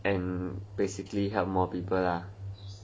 and basically have more people lah